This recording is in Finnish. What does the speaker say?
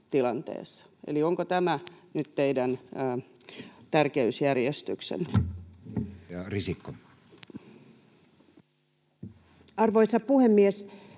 Eli onko tämä nyt teidän tärkeysjärjestyksenne? Edustaja Risikko. Arvoisa puhemies!